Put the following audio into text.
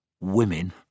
Women